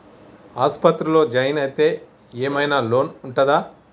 ఆస్పత్రి లో జాయిన్ అయితే ఏం ఐనా లోన్ ఉంటదా?